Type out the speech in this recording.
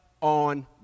on